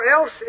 else